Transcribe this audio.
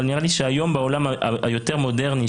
אבל נראה לי שהיום בעולם היותר מודרני,